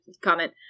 comment